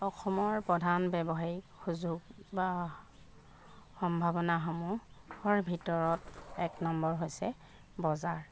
অসমৰ প্ৰধান ব্যৱসায়ীক সুযোগ বা সম্ভাৱনাসমূহৰ ভিতৰত এক নম্বৰ হৈছে বজাৰ